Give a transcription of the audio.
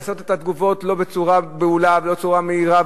לעשות את התגובות לא בצורה בהולה ולא בצורה מהירה,